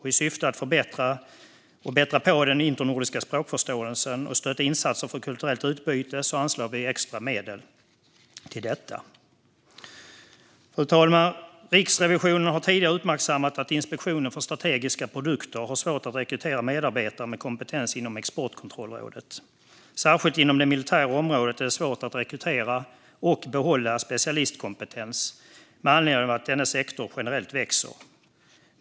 I syfte att förbättra den internordiska språkförståelsen och stötta insatser för kulturellt utbyte anslår vi extra medel till detta. Fru talman! Riksrevisionen har tidigare uppmärksammat att Inspektionen för strategiska produkter har svårt att rekrytera medarbetare med kompetens inom exportkontrollområdet. Särskilt inom det militära området är det svårt att rekrytera och behålla specialistkompetens med anledning av att denna sektor generellt växer.